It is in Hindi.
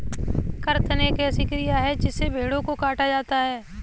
कर्तन एक ऐसी क्रिया है जिसमें भेड़ों को काटा जाता है